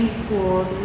schools